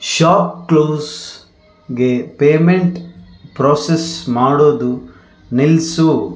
shop ಕ್ಲೂಸ್ಗೆ payment process ಮಾಡೋದು ನಿಲ್ಲಿಸು